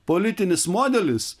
politinis modelis